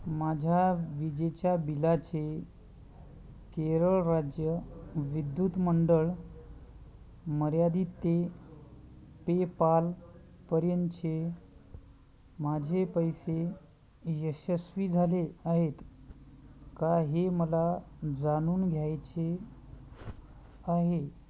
माझ्या विजेच्या बिलाचे केरळ राज्य विद्युत मंडळ मर्यादित ते पेपालपर्यंतचे माझे पैसे यशस्वी झाले आहेत का हे मला जाणून घ्यायचे आहे